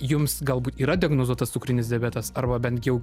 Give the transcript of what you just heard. jums galbūt yra diagnozuotas cukrinis diabetas arba bent jau